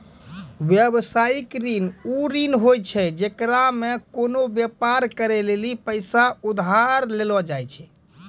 व्यवसायिक ऋण उ ऋण होय छै जेकरा मे कोनो व्यापार करै लेली पैसा उधार लेलो जाय छै